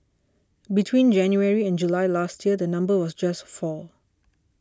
between January and July last year the number was just four